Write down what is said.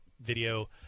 video